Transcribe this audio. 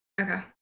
Okay